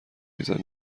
میزنه